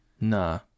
Nah